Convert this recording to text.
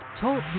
Talk